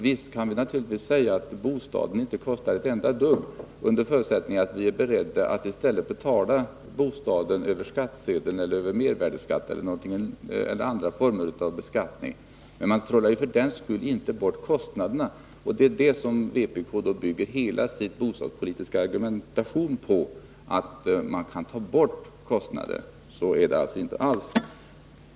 Visst kan man säga att bostaden inte kostar ett enda dugg, men det är under förutsättning att vi är beredda att betala bostaden över skattsedeln, genom mervärdeskatten eller andra former av beskattning. Man trollar för den skull inte bort kostnaderna. Men vpk bygger hela sin bostadspolitiska argumentation på att man kan ta bort kostnader. Så är det inte alls.